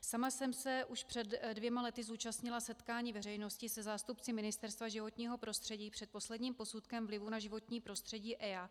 Sama jsem se už před dvěma lety zúčastnila setkání veřejnosti se zástupci Ministerstva životního prostředí před posledním posudkem vlivu na životní prostředí EIA.